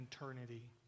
eternity